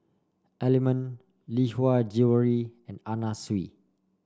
Element Lee Hwa Jewellery and Anna Sui